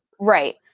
Right